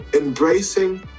embracing